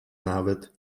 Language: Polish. nawet